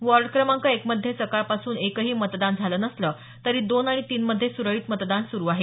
ward क्रमांक एक मध्ये सकाळ पासून एक ही मतदान झालं नसलं तरी दोन आणि तीन मध्ये सुरळीत मतदान सुरू आहे